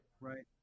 Right